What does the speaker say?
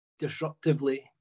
disruptively